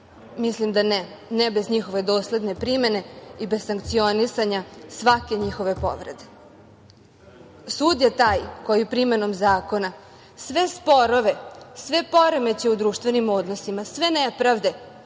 Mislim da ne, ne bez njihove dosledne primene i bez sankcionisanja svake njihove povrede. Sud je taj koji primenom zakona sve sporove, sve poremećaje u društvenim odnosima, sve nepravde